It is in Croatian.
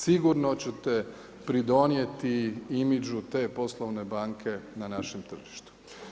Sigurno ćete pridonijeti imageu te poslovne banke na našem tržištu.